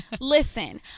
Listen